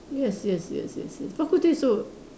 yes yes yes yes yes bak-kut-teh also